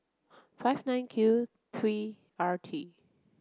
five nine Q three R T